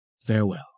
Farewell